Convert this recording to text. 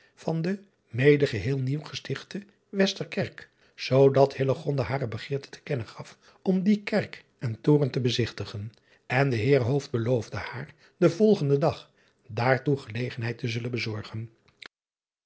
van de mede geheel nieuw gestichte esterkerk zoo dat hare begeerte te kennen gaf om die kerk en toren te bezigtigen en de eer beloofde haar den driaan oosjes zn et leven van illegonda uisman volgenden dag daartoe gelegenheid te zullen bezorgen